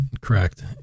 correct